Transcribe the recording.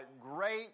great